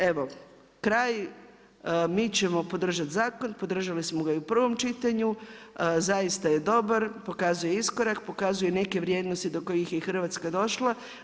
Evo kraj, mi ćemo podržati zakon, podržali smo ga i u prvom čitanju, zaista je dobar, pokazuje iskorak, pokazuje neke vrijednosti do kojih je i Hrvatska došla.